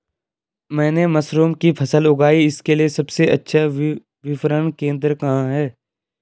मैंने मशरूम की फसल उगाई इसके लिये सबसे अच्छा विपणन केंद्र कहाँ है?